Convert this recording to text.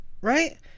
right